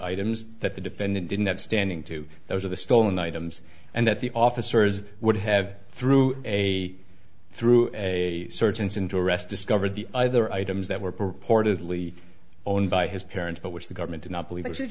items that the defendant didn't have standing to those are the stolen items and that the officers would have through a through a search engine to arrest discovered the other items that were purportedly owned by his parents but which the government did not believe